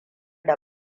da